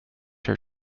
her